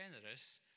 generous